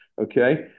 Okay